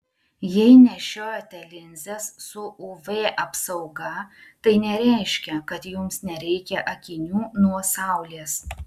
jei nešiojate linzes su uv apsauga tai nereiškia kad jums nereikia akinių nuo saulės